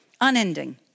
Unending